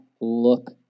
look